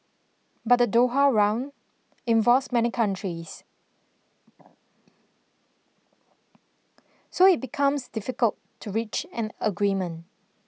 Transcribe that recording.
but the Doha Round involves many countries so it becomes difficult to reach an agreement